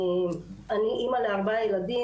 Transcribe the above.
אני אמא לארבעה ילדים,